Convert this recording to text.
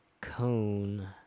cone